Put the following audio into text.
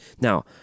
Now